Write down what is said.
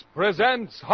presents